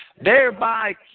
thereby